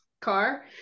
car